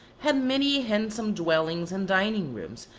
had many handsome dwelling and dining-rooms,